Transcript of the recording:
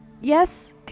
Yes